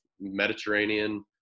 Mediterranean